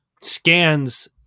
scans